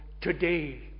today